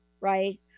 right